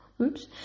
oops